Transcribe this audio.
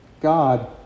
God